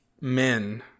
men